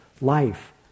life